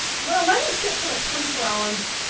you want to let it sit for about twenty four hours,